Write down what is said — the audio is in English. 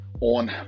on